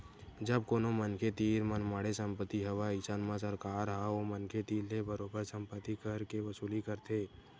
जब कोनो मनखे तीर मनमाड़े संपत्ति हवय अइसन म सरकार ह ओ मनखे तीर ले बरोबर संपत्ति कर के वसूली करथे